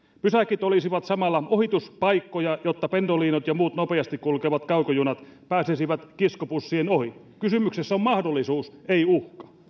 pysäkit olisivat samalla ohituspaikkoja jotta pendolinot ja muut nopeasti kulkevat kaukojunat pääsisivät kiskobussien ohi kysymyksessä on mahdollisuus ei uhka